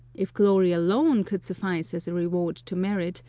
if glory alone could suffice as a reward to merit,